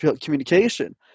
communication